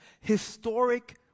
historic